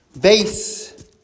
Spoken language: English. base